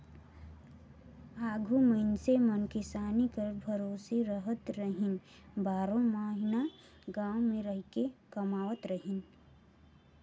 आघु मइनसे मन किसानी कर भरोसे रहत रहिन, बारो महिना गाँव मे रहिके कमावत रहिन